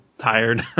tired